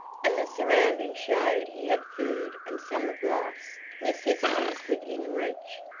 and the surroundings showed he had food and some of life's necessities within reach,